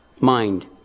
Mind